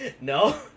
No